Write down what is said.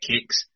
kicks